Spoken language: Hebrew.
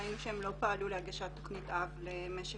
ראינו שהם לא פעלו להגשת תוכנית אב למשק